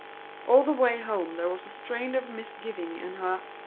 all the way home there was a strain of misgiving in her